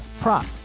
prop